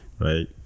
right